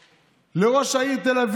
בדיוק סיימתי עכשיו פגישה לילית וחשובה